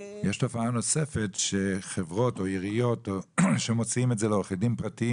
יש תופעה נוספת שחברות או עיריות שמוציאים את זה לעורכי דין פרטיים